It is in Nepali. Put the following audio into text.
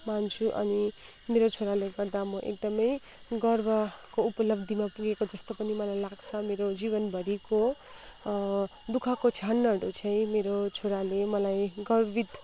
मान्छु अनि मेरो छोराले गर्दा म एकदमै गर्वको उपलब्धिमा पुगेको जस्तो पनि मलाई लाग्छ मेरो जीवनभरिको दुःखको क्षणहरू चाहिँ मेरो छोराले मलाई गर्वित